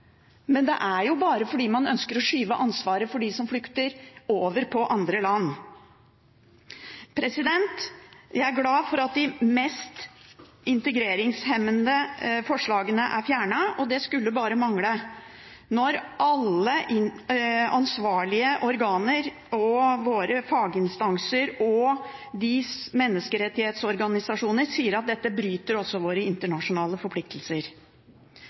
Men det er jo bare fordi man ønsker å skyve ansvaret for dem som flykter, over på andre land. Jeg er glad for at de mest integreringshemmende forslagene er fjernet. Det skulle bare mangle når alle ansvarlige organer og våre faginstanser og menneskerettighetsorganisasjoner sier at dette bryter med våre internasjonale forpliktelser.